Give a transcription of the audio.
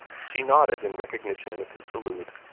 she nodded in recognition of his salute,